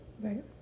Right